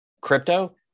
crypto